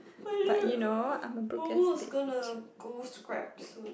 Momo is gonna go scrap soon